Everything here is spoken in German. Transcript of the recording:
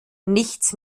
nichts